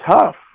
tough